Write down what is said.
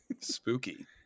spooky